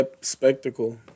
spectacle